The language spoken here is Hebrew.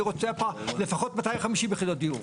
אני רוצה לפחות 250 יחידות דיור.